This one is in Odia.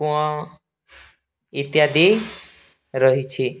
କୂଅଁ ଇତ୍ୟାଦି ରହିଛି